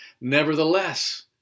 Nevertheless